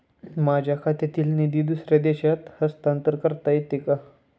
माझ्या खात्यातील निधी दुसऱ्या देशात हस्तांतर करता येते का?